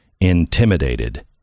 intimidated